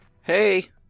Hey